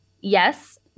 yes